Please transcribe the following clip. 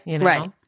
Right